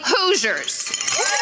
Hoosiers